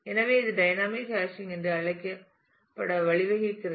எனவே இது dynamic hashing என்று அழைக்கப்படுவதற்கு வழிவகுக்கிறது